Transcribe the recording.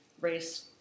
race